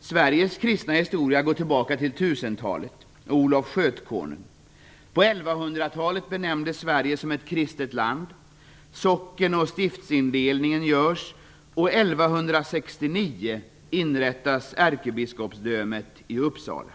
Sveriges kristna historia går tillbaka till 1000-talet och Olof Skötkonung. På 1100-talet benämns Sverige som ett kristet land och socken och stiftsindelningen sker. 1169 inrättas ärkebiskopsdömet i Uppsala.